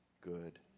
good